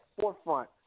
forefront